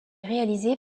réalisés